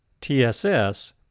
TSS